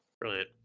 Brilliant